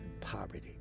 poverty